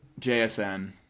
JSN